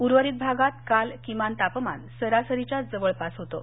उर्वरित राज्यात काल किमान तापमान सरासरीच्या जवळपास होतं